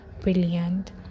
brilliant